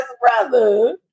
brother